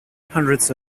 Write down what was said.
hundreds